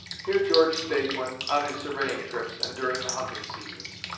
here george stayed when on his surveying trips and during the hunting seasons.